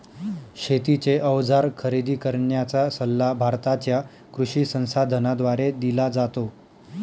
शेतीचे अवजार खरेदी करण्याचा सल्ला भारताच्या कृषी संसाधनाद्वारे दिला जातो